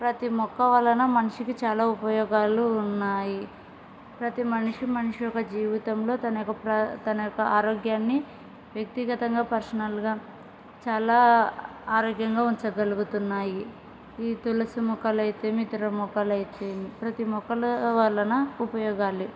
ప్రతి మొక్క వలన మనిషికి చాలా ఉపయోగాలు ఉన్నాయి ప్రతి మనిషి మనిషి యొక్క జీవితంలో తన యొక్క ప్ర తన యొక్క ఆరోగ్యాన్ని వ్యక్తిగతంగా పర్సనల్గా చాలా ఆరోగ్యంగా ఉంచగలుగుతున్నాయి ఈ తులసి మొక్కలు అయితే ఏమి ఇతర మొక్కలు అయితే ఏమి ప్రతి మొక్కల వలన ఉపయోగాలు